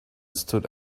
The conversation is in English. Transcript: stood